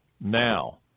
now